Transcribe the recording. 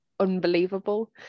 Unbelievable